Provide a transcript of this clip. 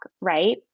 right